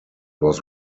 was